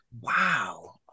Wow